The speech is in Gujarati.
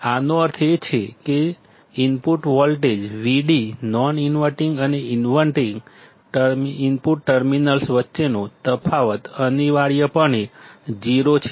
આનો અર્થ એ છે કે input voltage Vd non inverting અને ઇનવર્ટિંગ ઇનપુટ ટર્મિનલ્સ વચ્ચેનો તફાવત અનિવાર્યપણે 0 છે